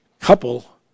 couple